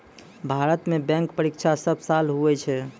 भारत मे बैंक परीक्षा सब साल हुवै छै